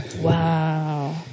Wow